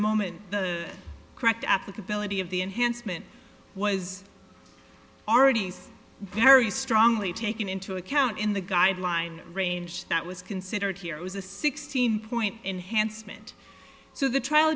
moment the correct applicability of the enhancement was already very strongly taken into account in the guideline range that was considered here was a sixteen point enhanced moment so the trial